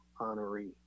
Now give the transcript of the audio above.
honoree